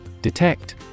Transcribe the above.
Detect